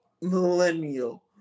millennial